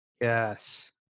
Yes